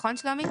נכון, שלומי?